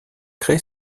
créé